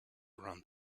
around